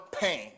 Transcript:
pain